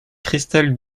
christelle